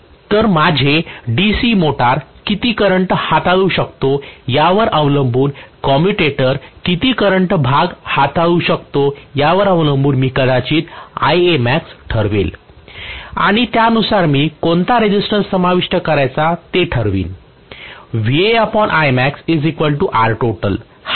तर माझे DC motor किती करंट हाताळू शकतो यावर अवलंबून कम्युटेटर किती करंट भाग हाताळू शकते यावर अवलंबून मी कदाचित हे Ia max ठरवेल आणि त्यानुसार मी कोणता रेसिस्टन्स समाविष्ट करायचा ते ठरवीन